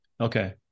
Okay